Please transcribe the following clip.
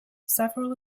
several